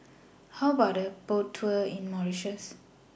How about A Boat Tour in Mauritius